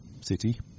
city